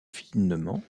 finement